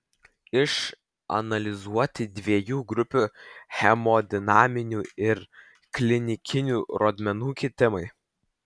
išanalizuoti dviejų grupių hemodinaminių ir klinikinių rodmenų kitimai